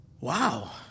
Wow